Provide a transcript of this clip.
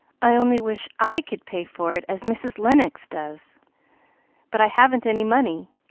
i only wish i could pay for it as mrs. lennox does but i haven't any money,